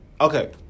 Okay